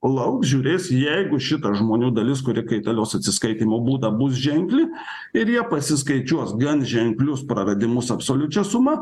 o lauks žiūrės jeigu šita žmonių dalis kuri kaitalios atsiskaitymo būdą bus ženkli ir jie pasiskaičiuos gan ženklius praradimus absoliučia suma